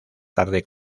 tarde